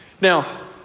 Now